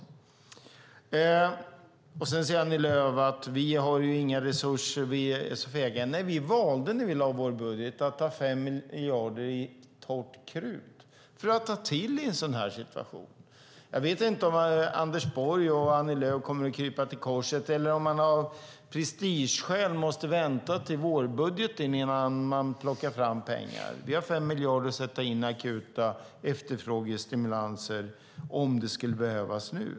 Annie Lööf säger att vi inte har några resurser och är fega. Nej, vi valde när vi lade vår budget att ha 5 miljarder i torrt krut för att ta till i en sådan här situation. Jag vet inte om Anders Borg och Annie Lööf kommer att krypa till korset eller om man av prestigeskäl måste vänta till vårbudgeten innan man plockar fram pengar. Vi har 5 miljarder att sätta in nu i akuta efterfrågestimulanser om det skulle behövas.